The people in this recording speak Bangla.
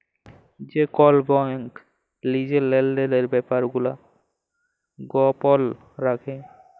যে কল ব্যাংক লিজের লেলদেলের ব্যাপার গুলা গপল রাখে